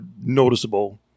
noticeable